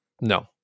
No